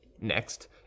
next